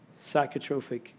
psychotropic